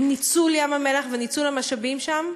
עם ניצול ים-המלח וניצול המשאבים שם.